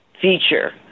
feature